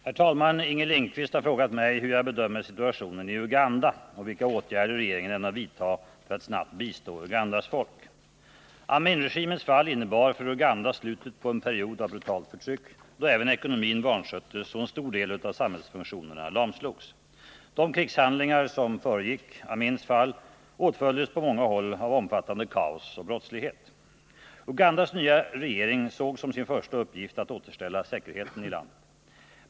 Herr talman! Inger Lindquist har frågat mig hur jag bedömer situationen i Uganda, och vilka åtgärder regeringen ämnar vidta för att snabbt bistå Ugandas folk. Aminregimens fall innebar för Uganda slutet på en period av brutalt förtryck, då även ekonomin vansköttes och en stor del av samhällsfunktionerna lamslogs. De krigshandlingar som föregick Amins fall åtföljdes på många håll av omfattande kaos och brottslighet. Ugandas nya regering såg som sin första uppgift att återställa säkerheten i landet.